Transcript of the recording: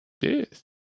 Yes